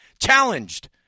Challenged